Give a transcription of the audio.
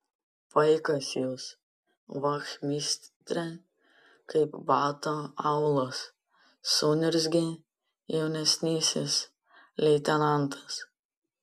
paikas jūs vachmistre kaip bato aulas suniurzgė jaunesnysis leitenantas